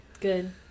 good